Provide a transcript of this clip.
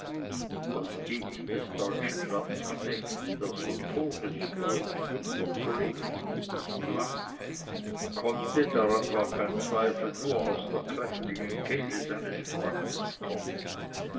das lied des deutschen landsknechts das so todesfreudig und doch so lebensmutig klang konnte daran war kein zweifel nur aus der kräftigen kehle seines freundes kommen